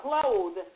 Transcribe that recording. clothed